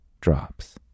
drops